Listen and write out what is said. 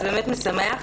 זה באמת משמח.